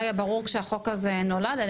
לא היה ברור כשהחוק הזה נולד?